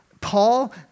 Paul